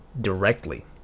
directly